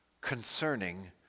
Concerning